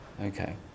Okay